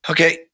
Okay